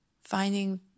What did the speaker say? finding